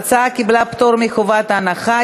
ההצעה קיבלה פטור מחובת הנחה.